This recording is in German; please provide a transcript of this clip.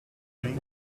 ein